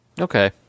Okay